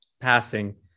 passing